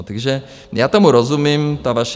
Takže já tomu rozumím, ta vaše...